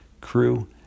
crew